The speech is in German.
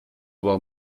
war